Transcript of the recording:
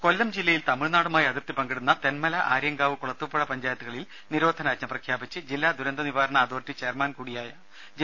ദ്രദ കൊല്ലം ജില്ലയിൽ തമിഴ്നാടുമായി അതിർത്തി പങ്കിടുന്ന തെന്മല ആര്യങ്കാവ് കുളത്തൂപ്പുഴ പഞ്ചായത്തുകളിൽ നിരോധനാജ്ഞ പ്രഖ്യാപിച്ച് ജില്ലാ ദുരന്തനിവാരണ അതോറിറ്റി ചെയർമാൻ കൂടിയായ ജില്ലാ കലക്ടർ ഉത്തരവായി